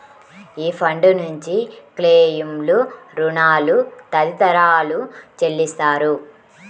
ఈ ఫండ్ నుంచి క్లెయిమ్లు, రుణాలు తదితరాలు చెల్లిస్తారు